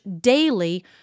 daily